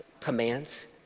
commands